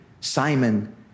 Simon